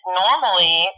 normally